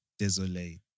Désolé